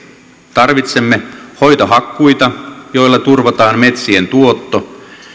tarvitsemme hoitohakkuita joilla turvataan metsien tuotto